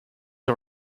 are